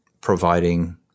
providing